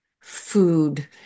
food